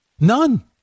None